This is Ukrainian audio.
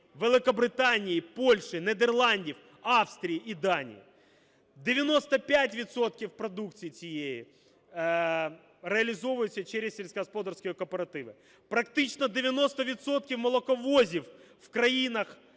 Великобританії, Польщі, Нідерландів, Австрії і Данії. 95 відсотків продукції цієї реалізовується через сільськогосподарські кооперативи. Практично 90 відсотків молоковозів в країнах,